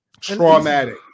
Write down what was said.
traumatic